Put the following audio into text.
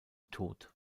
tod